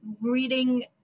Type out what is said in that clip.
reading